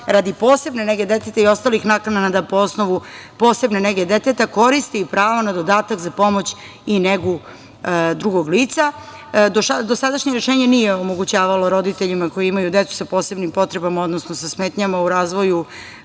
radi posebne nege deteta i ostalih naknada po osnovu posebne nege deteta koristi pravo na dodatak za pomoć i negu drugog lica. Dosadašnje rešenje nije omogućavalo roditeljima koji imaju decu sa posebnim potrebama, odnosno sa smetnjama u razvoju